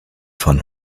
van